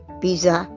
pizza